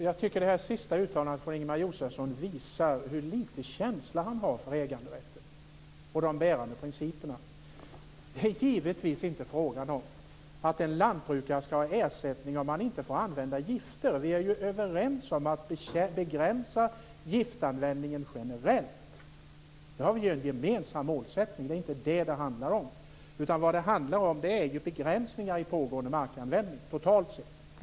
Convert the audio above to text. Fru talman! Jag tycker att Ingemar Josefssons senaste uttalande visar hur litet känsla han har för äganderätten och de bärande principerna. Det är givetvis inte fråga om att en lantbrukare skall ha ersättning om han inte får använda gifter. Vi är ju överens om att begränsa giftanvändningen generellt. Där har vi en gemensam målsättning. Det är inte det som det handlar om. Vad det handlar om är begränsningar i pågående markanvändning totalt sätt.